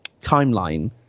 timeline